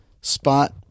spot